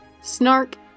Snark